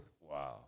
wow